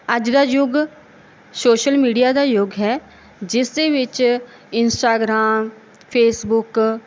ਅੱਜ ਦਾ ਯੁੱਗ ਸ਼ੋਸ਼ਲ ਮੀਡੀਆ ਦਾ ਯੁੱਗ ਹੈ ਜਿਸ ਦੇ ਵਿੱਚ ਇੰਸਟਾਗ੍ਰਾਮ ਫੇਸਬੁੱਕ